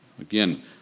Again